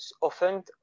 often